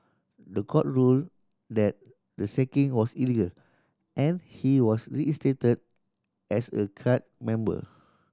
the court ruled that the sacking was illegal and he was reinstated as a cadre member